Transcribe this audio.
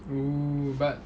oo but